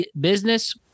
business